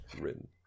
written